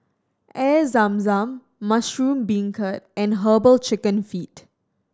Air Zam Zam mushroom beancurd and Herbal Chicken Feet